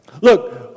Look